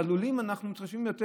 בלולים אנחנו מתחשבים יותר.